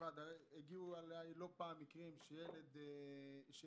הגיעו אליי לא פעם פניות על ילד שלא